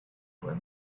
were